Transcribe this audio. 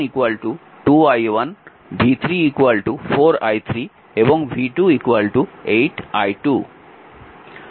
v1 2 i1 v3 4 i3 এবং v2 8 i2